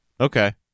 Okay